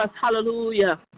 hallelujah